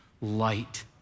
light